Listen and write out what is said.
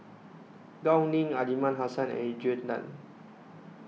Gao Ning Aliman Hassan and Adrian Tan